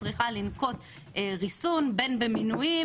הכנסת צריכה לנקוט ריסון בין במנויים